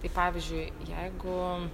tai pavyzdžiui jeigu